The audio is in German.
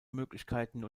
möglichkeiten